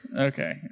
Okay